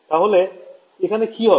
তাহলে এখানে কি হবে